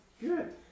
good